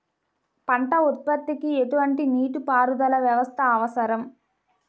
పంట ఉత్పత్తికి ఎటువంటి నీటిపారుదల వ్యవస్థ అవసరం?